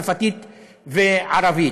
צרפתית וערבית.